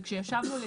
וכשישבנו לתקן,